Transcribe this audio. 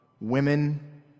women